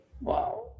Wow